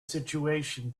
situation